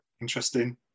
interesting